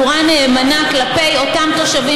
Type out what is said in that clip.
הפסולה, הארורה, של אותו,